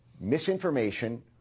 misinformation